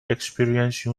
experience